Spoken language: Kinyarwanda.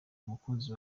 umukunzi